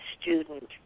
student